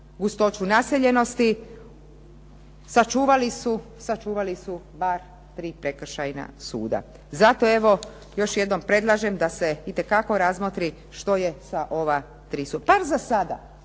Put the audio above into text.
gustoću naseljenosti sačuvali su bar tri prekršajna suda. Zato evo još jednom predlažem da se još jednom razmotri što je sa ova tri. Bar za sada.